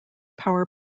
power